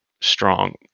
strong